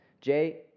Jay